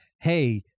hey